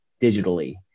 digitally